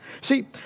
See